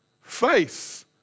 Face